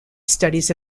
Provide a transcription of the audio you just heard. studies